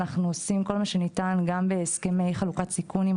אנחנו עושים כל מה שניתן גם בהסכמי חלוקת סיכון עם